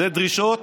אלה דרישות